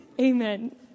amen